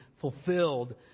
fulfilled